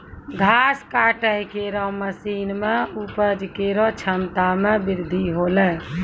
घास काटै केरो मसीन सें उपज केरो क्षमता में बृद्धि हौलै